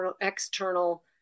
external